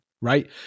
right